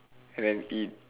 and then eat